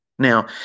Now